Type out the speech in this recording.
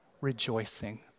rejoicing